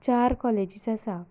चार कॉलेजीच आसात